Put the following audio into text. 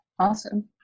Awesome